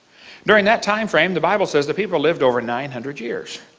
during that time frame the bible says that people lived over nine hundred years.